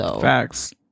Facts